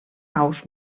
aus